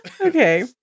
Okay